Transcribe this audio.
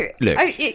look